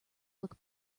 look